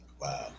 Wow